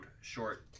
short